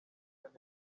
kane